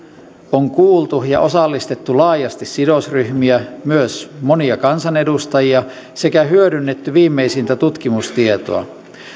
on kuultu ja osallistettu laajasti sidosryhmiä myös monia kansanedustajia sekä hyödynnetty viimeisintä tutkimustietoa